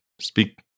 Speak